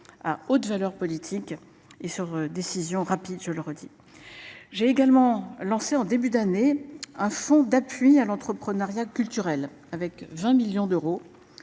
à haute valeur politique et sur décision rapide, je le redis. J'ai également lancé en début d'année un fond d'appui à l'entreprenariat culturelle avec 20 millions d'euros